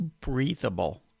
breathable